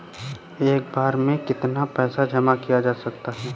एक बार में कितना पैसा जमा किया जा सकता है?